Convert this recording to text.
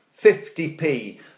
50p